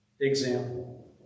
example